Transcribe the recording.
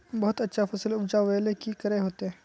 बहुत अच्छा फसल उपजावेले की करे होते?